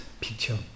picture